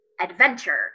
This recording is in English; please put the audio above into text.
adventure